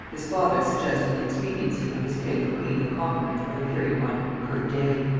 his father suggested the expediency of his paying the queen the compliment of appearing on her day.